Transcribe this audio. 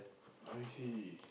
I see